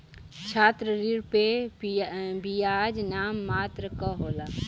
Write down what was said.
छात्र ऋण पे बियाज नाम मात्र क होला